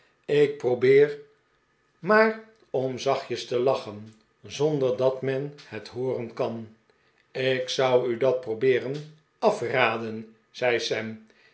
ik probeer maar om zachtjes te iachen zonder dat men het hooren kan ik zou u dat probeeren afraden zei